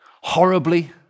horribly